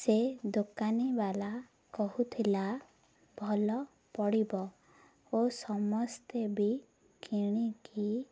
ସେ ଦୋକାନୀବାଲା କହୁଥିଲା ଭଲ ପଡ଼ିବ ଓ ସମସ୍ତେ ବି କିଣିକି